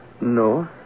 No